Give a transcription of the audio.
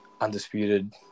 undisputed